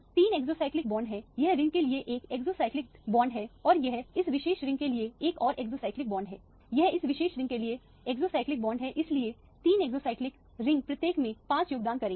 तीन exocyclic bond हैं यह रिंग के लिए 1 एक्सोसाइक्लिक बॉन्ड है और यह इस विशेष रिंग के लिए एक और एक्सोसाइक्लिक बॉन्ड है यह इस विशेष रिंग के लिए एक एक्सोसाइक्लिक बॉन्ड है इसलिए तीन एक्सोसाइक्लिक रिंग प्रत्येक में 5 योगदान करेंगे